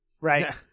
Right